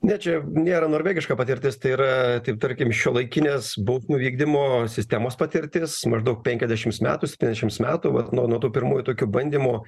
ne čia nėra norvegiška patirtis tai yra taip tarkim šiuolaikinės bausmių vykdymo sistemos patirtis maždaug penkiasdešims metų septyniasdešims metų vat nuo nuo tų pirmųjų tokių bandymų